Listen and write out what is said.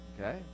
okay